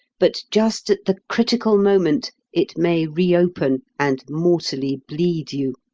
but just at the critical moment it may reopen and mortally bleed you.